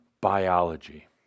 biology